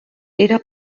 era